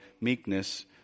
meekness